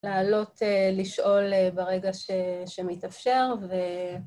לעלות לשאול ברגע שמתאפשר ו...